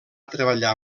treballar